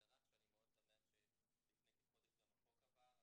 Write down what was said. הרך ואני מאוד שמח שלפני כחודש גם החוק עבר,